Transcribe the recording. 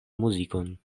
muzikon